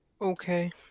Okay